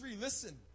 listen